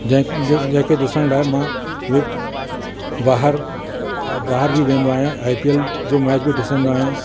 जे जंहिंखें ॾिसण लाइ मां वि ॿाहिरि ॿाहिरि बि वेंदो आहियां आई पी एल जो मैच बि ॾिसंदो आहियां